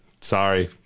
Sorry